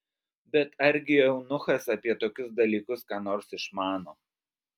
bet argi eunuchas apie tokius dalykus ką nors išmano